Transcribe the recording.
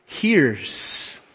hears